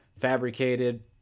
fabricated